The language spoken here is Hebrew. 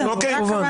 אוקיי.